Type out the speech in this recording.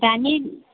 दानि